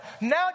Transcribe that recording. Now